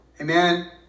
Amen